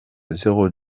zéro